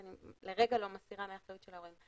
אני לרגע לא מסירה מאחריות ההורים,